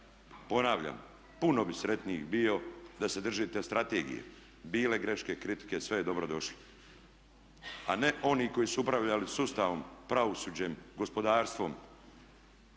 Ponavljam, puno bi sretniji bio da se držite strategije, bile greška ili kritike sve je dobro došlo. A ne oni koji su upravljali sustavom, pravosuđem, gospodarstvom,